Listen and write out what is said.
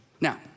Now